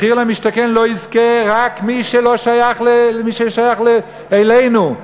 מחיר למשתכן לא יזכה, רק מי ששייך אלינו.